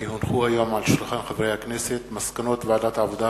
כי הונחו היום על שולחן הכנסת מסקנות ועדת העבודה,